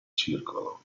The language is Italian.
circolo